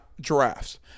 giraffes